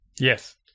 Yes